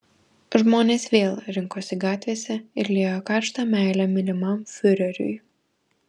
žmonės vėl rinkosi gatvėse ir liejo karštą meilę mylimam fiureriui